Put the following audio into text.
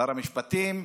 שר המשפטים,